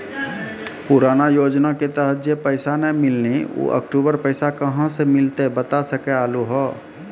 पुराना योजना के तहत जे पैसा नै मिलनी ऊ अक्टूबर पैसा कहां से मिलते बता सके आलू हो?